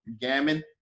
Gammon